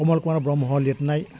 कमल कुमार ब्रह्म लिरनाय